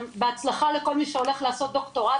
בהצלחה לכל מי שהולך לעשות דוקטורט